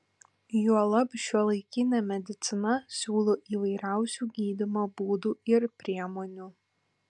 juolab šiuolaikinė medicina siūlo įvairiausių gydymo būdų ir priemonių